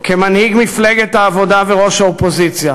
כמנהיג מפלגת העבודה וראש האופוזיציה